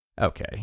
Okay